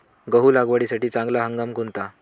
गहू लागवडीसाठी चांगला हंगाम कोणता?